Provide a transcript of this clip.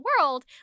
world